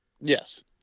Yes